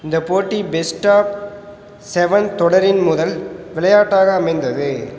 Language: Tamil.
இந்த போட்டி பெஸ்ட் ஆப் செவன் தொடரின் முதல் விளையாட்டாக அமைந்தது